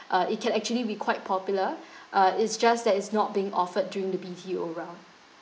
uh it can actually be quite popular uh it's just that it's not being offered during the B_T_O round